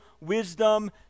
Wisdom